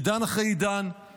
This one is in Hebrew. עידן אחרי עידן,